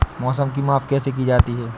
मौसम की माप कैसे की जाती है?